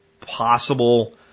possible